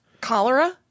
Cholera